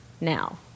now